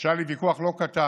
שהיה לי ויכוח לא קטן